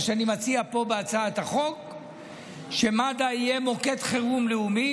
מה שאני מציע פה בהצעת החוק הוא שמד"א יהיה מוקד חירום לאומי,